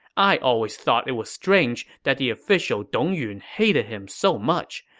i always thought it was strange that the official dong yun hated him so much.